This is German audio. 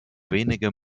wenige